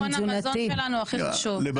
ביטחון המזון שלנו הכי חשוב.